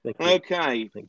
Okay